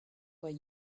were